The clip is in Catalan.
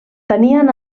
tenien